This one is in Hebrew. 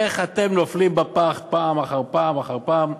איך אתם נופלים בפח פעם אחר פעם אחר פעם,